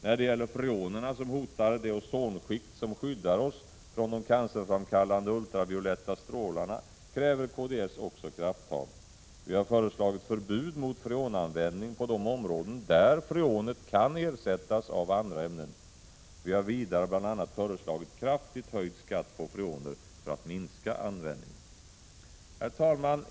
När det gäller freonerna, som hotar det ozonskikt som skyddar oss från de cancerframkallande ultravioletta strålarna, kräver kds också krafttag. Vi har föreslagit förbud mot freonanvändning på de områden där freonen kan ersättas av andra ämnen. Vi har vidare bl.a. föreslagit kraftigt höjd skatt på freonen för att minska användningen. Herr talman!